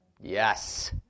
Yes